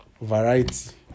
variety